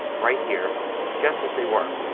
right here just as they were.